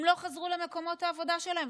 הם לא חזרו למקומות העבודה שלהם.